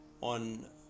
on